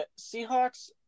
Seahawks